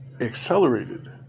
accelerated